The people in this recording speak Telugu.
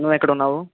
నువ్వు ఎక్కడ ఉన్నావు